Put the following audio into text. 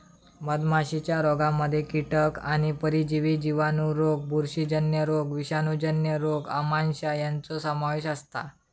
मधमाशीच्या रोगांमध्ये कीटक आणि परजीवी जिवाणू रोग बुरशीजन्य रोग विषाणूजन्य रोग आमांश यांचो समावेश असता